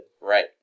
Right